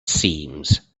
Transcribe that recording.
seams